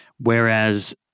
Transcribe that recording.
Whereas